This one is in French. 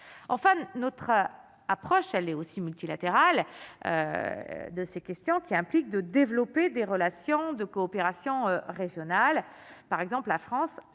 enfin notre approche, elle est aussi multilatéral de ces questions qui implique de développer des relations de coopération régionale par exemple la France